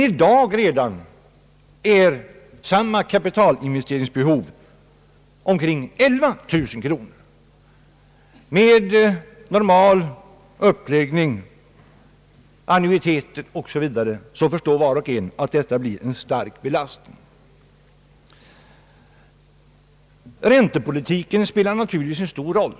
I dag är motsvarande kapitalinvesteringsbehov redan uppe i omkring 11000 kronor. Med normal uppläggning i fråga om annuitet m.m. förstår var och en att det blir en kraftig belastning. Räntepolitiken spelar naturligtvis en stor roll.